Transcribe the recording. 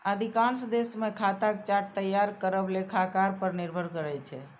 अधिकांश देश मे खाताक चार्ट तैयार करब लेखाकार पर निर्भर करै छै